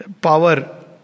power